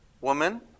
Woman